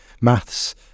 maths